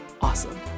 Awesome